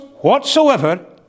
whatsoever